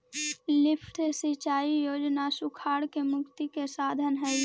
lift सिंचाई योजना सुखाड़ से मुक्ति के साधन हई